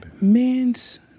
Men's